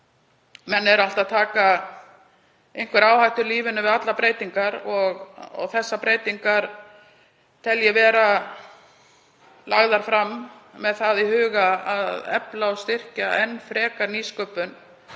Menn eru alltaf að taka einhverja áhættu í lífinu við allar breytingar en ég tel þessar breytingar lagðar fram með það í huga að efla og styrkja enn frekar nýsköpun,